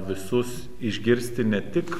visus išgirsti ne tik